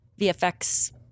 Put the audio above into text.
VFX